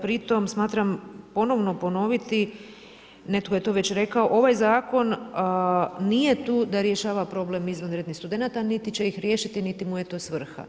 Pri tome smatram ponovno ponoviti, netko je to već rekao, ovaj zakon nije tu da rješava problem izvanrednih studenata, niti će ih riješiti, niti mu je to svrha.